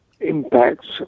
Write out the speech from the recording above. impacts